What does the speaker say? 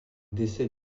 décès